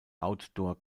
outdoor